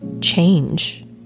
change